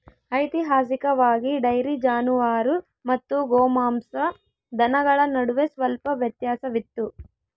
ಐತಿಹಾಸಿಕವಾಗಿ, ಡೈರಿ ಜಾನುವಾರು ಮತ್ತು ಗೋಮಾಂಸ ದನಗಳ ನಡುವೆ ಸ್ವಲ್ಪ ವ್ಯತ್ಯಾಸವಿತ್ತು